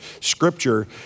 scripture